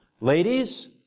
Ladies